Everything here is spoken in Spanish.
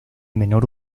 menor